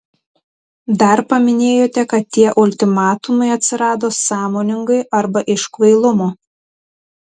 dar paminėjote kad tie ultimatumai atsirado sąmoningai arba iš kvailumo